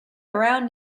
around